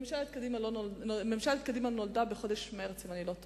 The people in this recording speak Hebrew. ממשלת קדימה נולדה בחודש מרס, אם אני לא טועה,